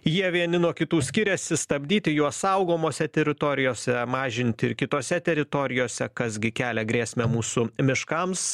jie vieni nuo kitų skiriasi stabdyti juos saugomose teritorijose mažinti ir kitose teritorijose kas gi kelia grėsmę mūsų miškams